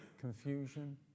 confusion